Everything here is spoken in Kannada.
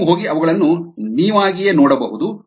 ನೀವು ಹೋಗಿ ಅವುಗಳನ್ನು ನೀವಾಗಿಯೇ ನೋಡಬಹುದು